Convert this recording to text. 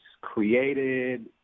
created